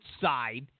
side